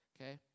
okay